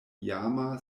iama